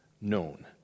known